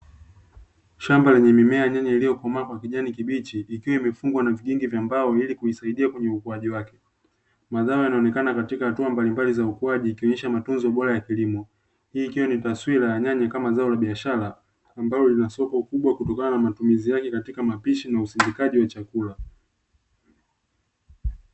Shamba lenye mimea ya nyanya iliyokomaa kwa kijani kibichi; ikiwa imefungwa kwa vigingi vya mbao ili kuisaidia kwenye ukuaji wake, mazao yanaonekana katika hatua mbalimbali za ukuaji ikionesha matunzo bora ya kilimo; hii ikiwa ni taswira ya nyanya kama zao la biashara ambalo lina soko kubwa kutokana na matumizi yake katika mapishi na usindikaji wa chakula.